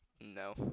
No